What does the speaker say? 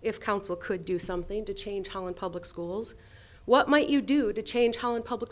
if council could do something to change holland public schools what might you do to change holland public